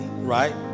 Right